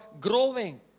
growing